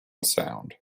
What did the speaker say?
sound